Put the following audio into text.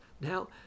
Now